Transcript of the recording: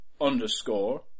underscore